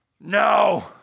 No